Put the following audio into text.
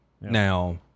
Now